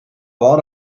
lot